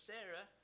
Sarah